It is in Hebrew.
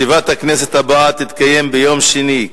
ישיבת הכנסת הבאה תתקיים ביום שני,